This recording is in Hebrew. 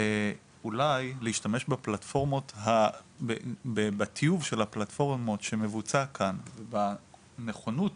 אולי להשתמש בטיוב של הפלטפורמות שמבוצע כאן בנכונות